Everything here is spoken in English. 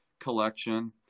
collection